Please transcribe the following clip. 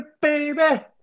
Baby